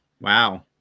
Wow